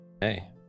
Hey